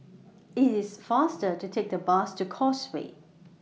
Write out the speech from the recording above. IT IS faster to Take The Bus to Causeway